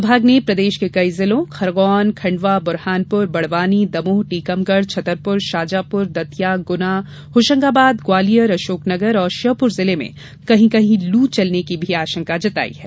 विभाग ने प्रदेश के कई जिलों खरगोन खंडवा बुरहानपुर बड़वानी दमोह टीकमगढ़ छतरपुर शाजापुर दतिया गुना होशंगाबाद ग्वालियर अशोकनगर और श्योपुर जिले में कहीं कहीं लू चलने की भी आशंका जताई है